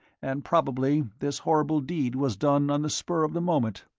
and probably this horrible deed was done on the spur of the moment.